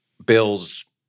Bill's